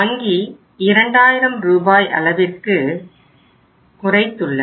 வங்கி 2000 ரூபாய் அளவிற்கு குறைத்துள்ளது